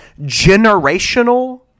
generational